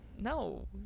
no